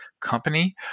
company